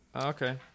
Okay